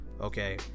Okay